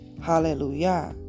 Hallelujah